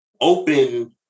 open